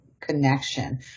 connection